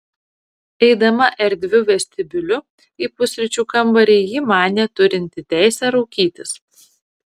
eidama erdviu vestibiuliu į pusryčių kambarį ji manė turinti teisę raukytis